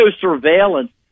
surveillance